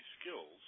skills